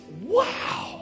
wow